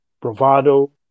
bravado